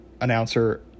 announcer